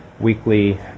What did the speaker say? weekly